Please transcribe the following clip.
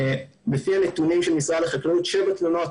לפי הנתונים של משרד החקלאות שבע תלונות